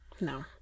no